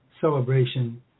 celebration